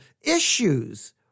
issues